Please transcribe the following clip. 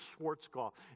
Schwarzkopf